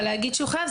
אבל להגיד שהוא חייב,